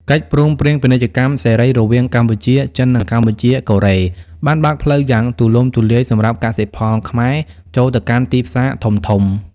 កិច្ចព្រមព្រៀងពាណិជ្ជកម្មសេរីរវាងកម្ពុជា-ចិន និងកម្ពុជា-កូរ៉េ បានបើកផ្លូវយ៉ាងទូលំទូលាយសម្រាប់កសិផលខ្មែរចូលទៅកាន់ទីផ្សារធំៗ។